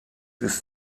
ist